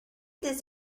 this